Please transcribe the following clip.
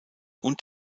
und